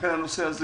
לכן, זה